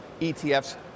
ETFs